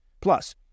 Plus